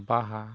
ᱵᱟᱦᱟ